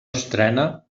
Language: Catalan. estrena